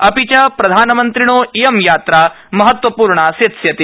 अप्रि च प्रधानमंत्रिणः इयं यात्रा महत्व र्णा सेत्स्यति